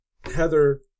Heather